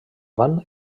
van